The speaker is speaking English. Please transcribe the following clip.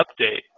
update